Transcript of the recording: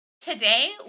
Today